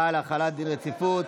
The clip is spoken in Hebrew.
על החלת דין רציפות,